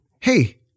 hey